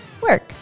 work